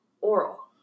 oral